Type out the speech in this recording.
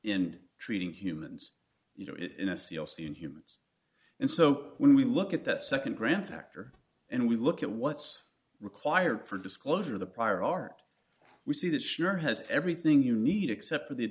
in treating humans you know it in a c l c in humans and so when we look at that nd grand factor and we look at what's required for disclosure of the prior art we see that sure has everything you need except for the